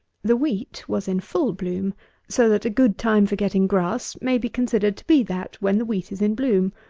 the wheat was in full bloom so that a good time for getting grass may be considered to be that when the wheat is in bloom.